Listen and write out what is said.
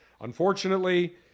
Unfortunately